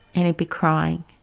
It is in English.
and he'd be crying.